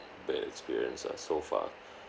bad experience ah so far